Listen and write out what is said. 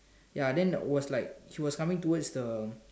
ya then I was like he was coming towards the